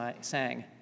sang